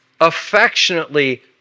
affectionately